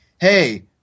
hey